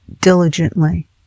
diligently